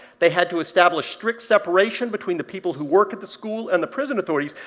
they had to establish strict separation between the people who work at the school and the prison authorities,